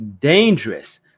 dangerous